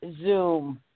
Zoom